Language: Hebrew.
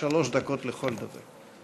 שלוש דקות לכל דובר.